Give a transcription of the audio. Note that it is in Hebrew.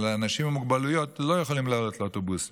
אבל אנשים עם מוגבלויות לא יכולים לעלות לאוטובוס.